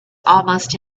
almost